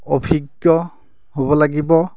অভিজ্ঞ হ'ব লাগিব